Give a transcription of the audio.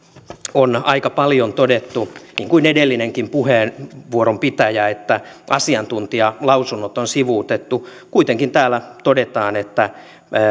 on aika paljon todettu muun muassa edellinenkin puheenvuoron pitäjä että asiantuntijalausunnot on sivuutettu kuitenkin täällä todetaan että